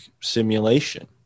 simulation